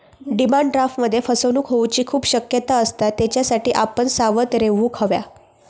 demand ड्राफ्टमध्ये फसवणूक होऊची खूप शक्यता असता, त्येच्यासाठी आपण सावध रेव्हूक हव्या